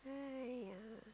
!aiyah!